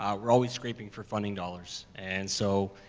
ah we're always scraping for funding dollars. and so,